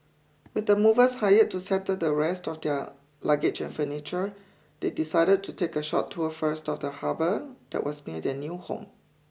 with the movers hired to settle the rest of their luggage and furniture they decided to take a short tour first of the harbour that was near their new home